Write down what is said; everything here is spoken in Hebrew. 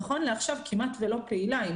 נכון לעכשיו כמעט ולא פעילה.